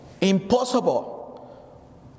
Impossible